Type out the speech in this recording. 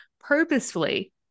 purposefully